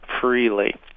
freely